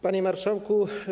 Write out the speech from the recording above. Panie Marszałku!